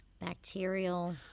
bacterial